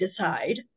decide